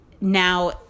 now